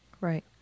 right